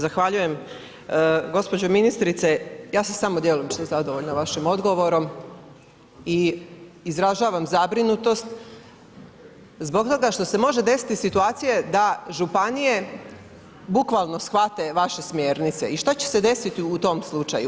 Zahvaljujem, gospođo ministrice ja sam samo djelomično zadovoljna vašim odgovorom i izražavam zabrinutost zbog toga što se može desiti situacije da županije bukvalno shvate vaše smjernice i šta će se desiti u tom slučaju.